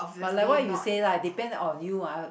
but like what you say lah depend on you ah